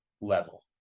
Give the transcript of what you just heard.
level